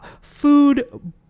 food